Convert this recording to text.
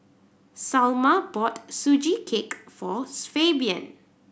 Salma bought Sugee Cake for Fabian